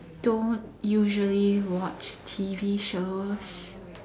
don't usually watch T_V shows